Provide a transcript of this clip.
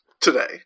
today